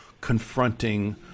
confronting